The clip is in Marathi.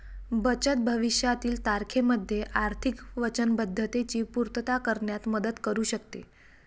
बचत भविष्यातील तारखेमध्ये आर्थिक वचनबद्धतेची पूर्तता करण्यात मदत करू शकते